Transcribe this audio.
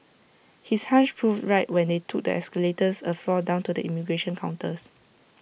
his hunch proved right when they took the escalators A floor down to the immigration counters